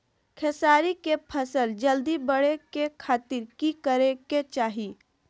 खेसारी के फसल जल्दी बड़े के खातिर की करे के चाही?